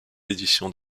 éditions